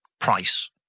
price